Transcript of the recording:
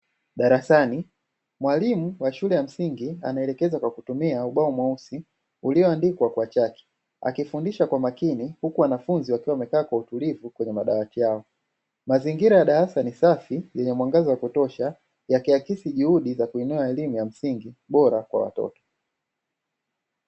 Darasani, mwalimu wa shule ya msingi anaelekeza kwa kutumia ubao mweusi ulioandikwa kwa chaki akifundisha kwa makini huku wanafunzi wakiwa wamekaa kwa utulivu kwenye madawati yao. Mazingira ya darasa ni safi yenye mwangaza wakutosha yakiakisi juhudi za kuinua elimu ya msingi bora kwa watoto.